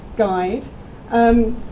guide